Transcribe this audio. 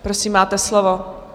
Prosím, máte slovo.